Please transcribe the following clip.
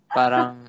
parang